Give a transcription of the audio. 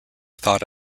thought